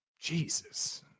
Jesus